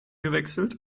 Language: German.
gewechselt